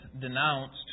denounced